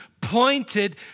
pointed